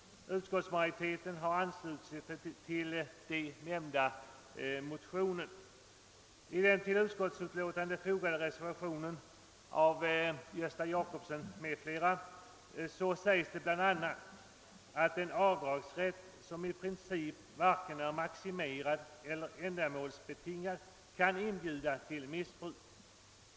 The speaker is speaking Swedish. Utskottsmajoriteten har anslutit sig till detta yrkande. I den vid betänkandet fogade reservationen av herr Gösta Jacobsson m.fl. uttalas bla. att en avdragsrätt, som i princip varken är maximerad eller ändamålsbetingad, kan inbjuda till missbruk.